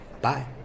Bye